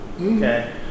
Okay